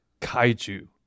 kaiju